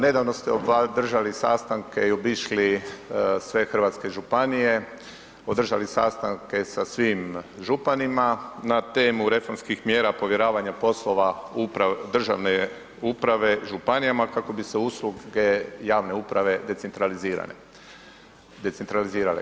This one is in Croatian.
Nedavno ste održali sastanke i obišli sve hrvatske županije, održali sastanke sa svim županima na temu reformskih mjera povjeravanja poslova državne uprave županijama kako bi se usluge javne uprave decentralizirale.